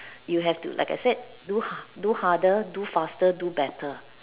you have to like I said do ha~ do harder do faster do better